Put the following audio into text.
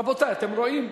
רבותי, אתם רואים?